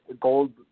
gold